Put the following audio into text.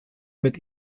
mit